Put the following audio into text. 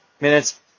minutes